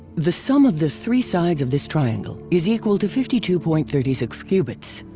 the sum of the three sides of this triangle is equal to fifty two point three six cubits.